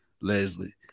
Leslie